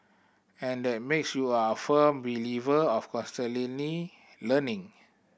and that makes you a firm believer of constantly learning